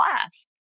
class